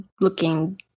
looking